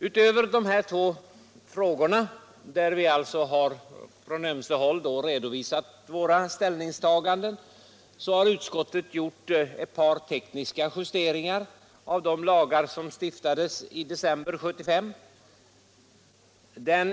Utöver dessa två frågor, där vi alltså från ömse håll har redovisat våra ställningstaganden, har utskottet gjort ett par tekniska justeringar av de lagar som stiftades i december 1975.